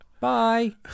bye